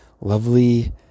lovely